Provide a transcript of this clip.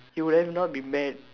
you wouldn't not been mad